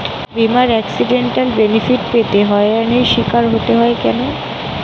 বিমার accidental benefit পেতে হয়রানির স্বীকার হতে হয় কেন?